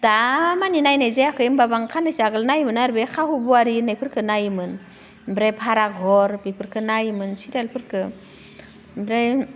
दामानि नायनाय जायाखै होमब्लाबो आं साननैसो आगोल नायोमोन आरो बे हाहु बुवारि होननायफोरखो नायोमोन ओमफ्राय भारा घर बेफोरखो नायोमोन सिरियालफोरखो ओमफ्राय